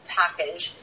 package